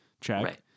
check